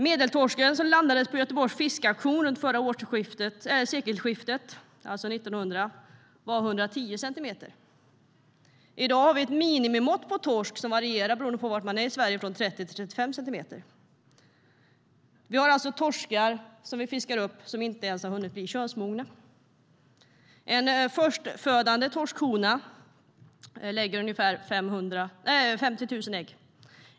Medeltorsken som landades på Göteborgs fiskeaktion runt förra sekelskiftet, alltså 1900, var 110 centimeter. I dag har vi ett minimimått på torsk som varierar, beroende på var i Sverige man är, från 30 till 35 centimeter. Vi fiskar alltså upp torskar som inte ens har hunnit bli könsmogna. En förstfödande torskhona lägger ungefär 50 000 ägg.